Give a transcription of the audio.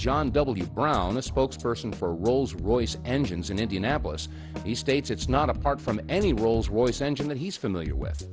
john w brown the spokesperson for rolls royce engines in indianapolis he states it's not apart from any rolls royce engine that he's familiar with